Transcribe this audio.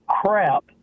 crap